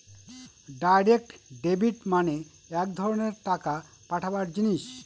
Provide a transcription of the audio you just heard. direct debit মানে এক ধরনের টাকা পাঠাবার জিনিস